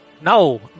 No